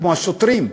כמו השוטרים.